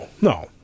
No